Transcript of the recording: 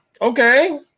Okay